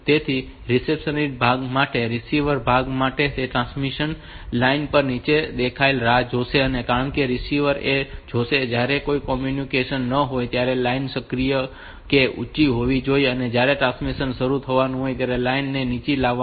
તેથી રિસેપ્શન ભાગ માટે રીસીવર ભાગ માટે તે ટ્રાન્સમિશન લાઇન પર નીચા દેખાવાની રાહ જોશે કારણ કે રીસીવર એ જોશે કે જયારે ત્યાં કોઈ કમ્યુનિકેશન ન હોય ત્યારે લાઈન સક્રિય કે ઉંચી હોવી જોઈએ અને જયારે ટ્રાન્સમિશન શરુ થવાનું હોય ત્યારે લાઈન ને નીચે લાવવામાં આવશે